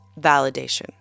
validation